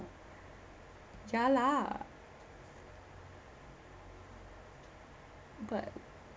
ya lah but